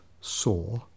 saw